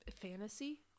fantasy